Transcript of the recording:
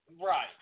Right